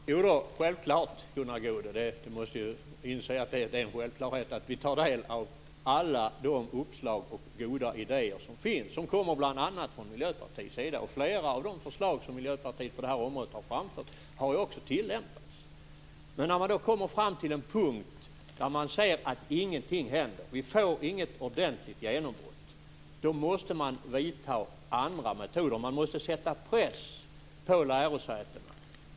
Fru talman! Självfallet, Gunnar Goude, tar vi del av alla de uppslag och goda idéer som finns. De kommer bl.a. från Miljöpartiet. Flera av de förslag som Miljöpartiet har framfört på det här området har också tillämpats. Men när man kommer fram till en punkt där man kan konstatera att ingenting händer, att vi inte får något ordentligt genombrott, då måste man vidta andra åtgärder, man måste sätta press på lärosätena.